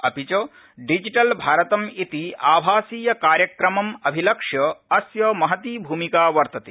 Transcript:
अपि च डिजिटल भारतम् इतिआभासीय कार्यक्रमम् अभिलक्ष्य अस्य महती भूमिका वर्तते